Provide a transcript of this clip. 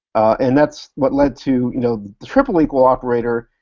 and that's what led to you know the triple-equal operator.